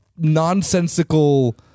Nonsensical